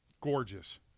gorgeous